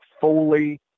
fully